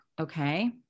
okay